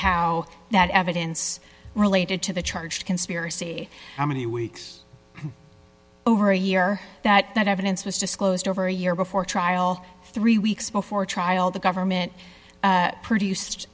how that evidence related to the charge conspiracy how many weeks over a year that that evidence was disclosed over a year before trial three weeks before trial the government produced